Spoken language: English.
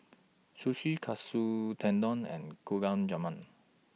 Sushi Katsu Tendon and Gulab Jamun